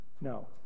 No